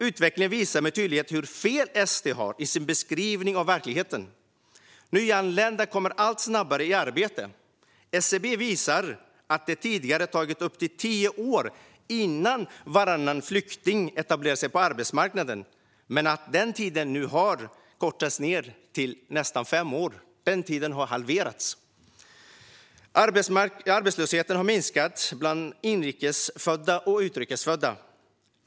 Utvecklingen visar med tydlighet hur fel SD har i sin beskrivning av verkligheten. Nyanlända kommer allt snabbare i arbete. SCB visar att det tidigare tog upp till tio år innan varannan flykting etablerat sig på arbetsmarknaden men att den tiden nu har kortats till nästan fem år. Den tiden har halverats. Arbetslösheten har minskat bland både inrikesfödda och utrikesfödda.